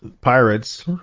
pirates